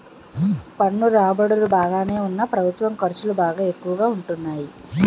పన్ను రాబడులు బాగానే ఉన్నా ప్రభుత్వ ఖర్చులు బాగా ఎక్కువగా ఉంటాన్నాయి